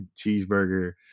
cheeseburger